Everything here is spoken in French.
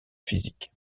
physique